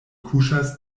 kuŝas